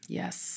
yes